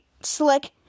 Slick